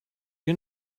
you